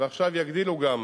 ועכשיו יגדילו גם,